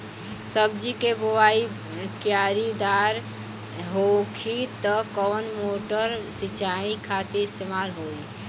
सब्जी के बोवाई क्यारी दार होखि त कवन मोटर सिंचाई खातिर इस्तेमाल होई?